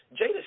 Jada